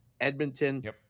Edmonton